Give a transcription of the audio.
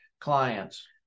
clients